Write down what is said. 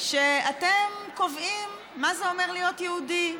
החלטתם שאתם קובעים מה זה אומר להיות יהודי,